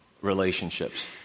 relationships